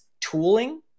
tooling